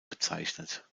bezeichnet